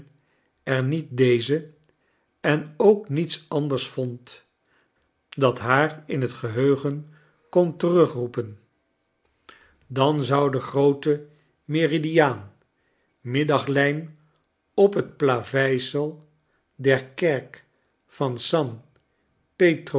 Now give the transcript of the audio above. er niet deze en ook niets anders vond dat haar in het geheugen kon terugroepen dan zou de groote meridiaan middaglijn op het plaveisel der kerk van san